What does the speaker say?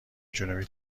جنوبی